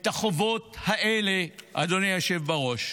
את החובות האלה, אדוני היושב בראש,